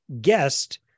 guest